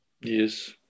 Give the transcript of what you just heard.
Yes